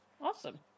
Awesome